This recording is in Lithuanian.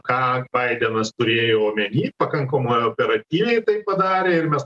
ką baidenas turėjo omeny pakankamai operatyviai tai padarė ir mes